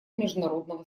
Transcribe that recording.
международного